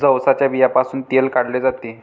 जवसाच्या बियांपासूनही तेल काढले जाते